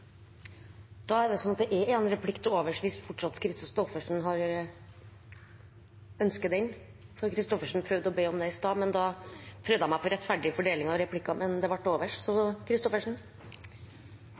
er det én replikk til overs, hvis Lise Christoffersen ønsker den. Christoffersen prøvde å be om det i stad, men da prøvde jeg meg på en rettferdig fordeling av replikkene. Det er nå én til overs – så